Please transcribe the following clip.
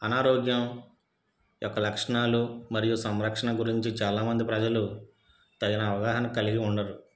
అనారోగ్యం యొక్క లక్షణాలు మరియు సంరక్షణ గురించి చాలా మంది ప్రజలు తగిన అవగాహన కలిగి ఉండరు